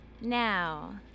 Now